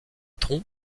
troncs